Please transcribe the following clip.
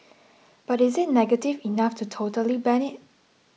but is it negative enough to totally ban it